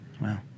Wow